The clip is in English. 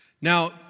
Now